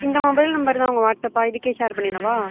இந்த mobile number தான் உங்கள் வாட்ஸ்ஸப்பா இதுக்கே ஷேர் பண்ணிவிடவா